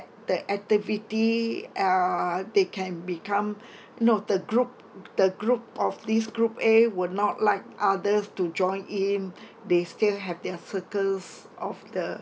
the activity uh they can become no the group the group of this group A will not like others to join in they still have their circles of the